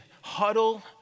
huddle